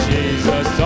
Jesus